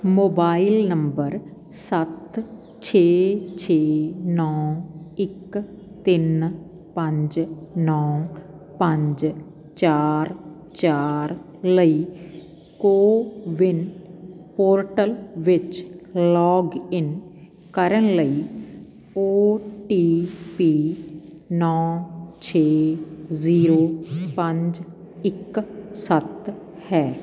mobile number ਸੱਤ ਛੇ ਛੇ ਨੌਂ ਇੱਕ ਤਿੰਨ ਪੰਜ ਨੌਂ ਪੰਜ ਚਾਰ ਚਾਰ ਲਈ ਕੋ ਵਿਨ ਪੋਰਟਲ ਵਿੱਚ ਲੌਗਇਨ ਕਰਨ ਲਈ ਓ ਟੀ ਪੀ ਨੌਂ ਛੇ ਜ਼ੀਰੋ ਪੰਜ ਇੱਕ ਸੱਤ ਹੈ